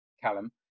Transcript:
Callum